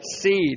seed